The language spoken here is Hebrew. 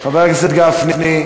חבר הכנסת גפני.